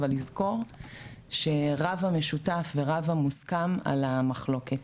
אבל לזכור שרב המשותף ורב המוסכם על המחלוקת.